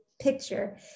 picture